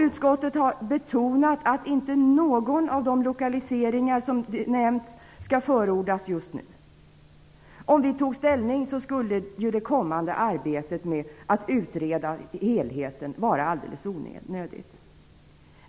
Utskottet har betonat att inte någon av de lokaliseringar som har nämnts skall förordas just nu. Om vi skulle ta ställning nu skulle det kommande arbetet med att utreda helheten vara alldeles onödigt.